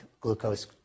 glucose